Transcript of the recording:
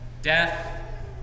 Death